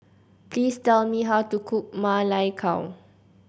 please tell me how to cook Ma Lai Gao